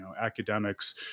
academics